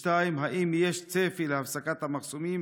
2. האם יש צפי להפסקת המחסומים